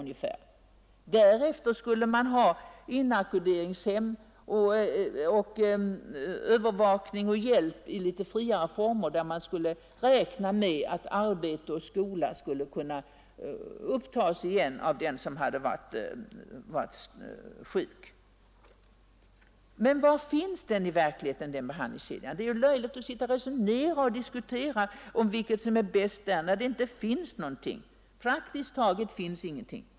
Därefter skulle vården fortsätta på ett inackorderingshem med övervakning och hjälp i litet friare former, varvid man räknade med att yrkesarbete eller skolarbete skulle kunna tas upp igen av den som varit sjuk. Men var finns den behandlingen i verkligheten? Det är ju löjligt att resonera om vilket som är bäst, när det praktiskt taget inte finns någon behandling att tillgå.